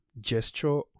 gesture